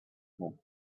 home